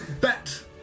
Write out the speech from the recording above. Bet